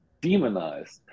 demonized